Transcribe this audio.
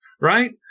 right